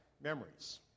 memories